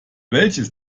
welches